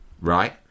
right